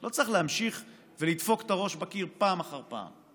לא צריך להמשיך ולדפוק את הראש בקיר פעם אחר פעם.